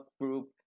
Group